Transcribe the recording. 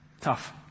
Tough